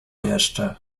jeszcze